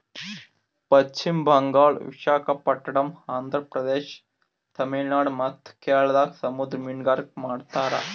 ಪಶ್ಚಿಮ್ ಬಂಗಾಳ್, ವಿಶಾಖಪಟ್ಟಣಮ್, ಆಂಧ್ರ ಪ್ರದೇಶ, ತಮಿಳುನಾಡ್ ಮತ್ತ್ ಕೇರಳದಾಗ್ ಸಮುದ್ರ ಮೀನ್ಗಾರಿಕೆ ಮಾಡ್ತಾರ